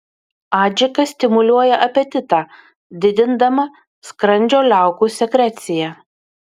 adžika stimuliuoja apetitą didindama skrandžio liaukų sekreciją